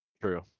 True